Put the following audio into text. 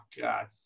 God